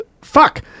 fuck